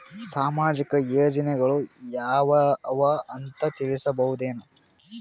ಸಾಮಾಜಿಕ ಯೋಜನೆಗಳು ಯಾವ ಅವ ಅಂತ ತಿಳಸಬಹುದೇನು?